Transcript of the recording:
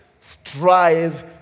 strive